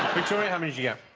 victoria how much yeah,